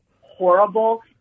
horrible